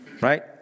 right